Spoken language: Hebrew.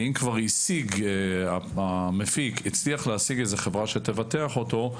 אם כבר המפיק הצליח להשיג חברה שתבטח אותו,